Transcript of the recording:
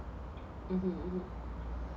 mmhmm